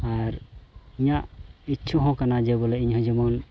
ᱟᱨ ᱤᱧᱟᱹᱜ ᱤᱪᱪᱷᱟᱹ ᱦᱚᱸ ᱠᱟᱱᱟ ᱡᱮ ᱵᱚᱞᱮ ᱤᱧᱦᱚᱸ ᱡᱮᱢᱚᱱ